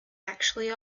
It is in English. actually